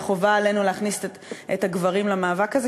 אלא חובה עלינו להכניס את הגברים למאבק הזה,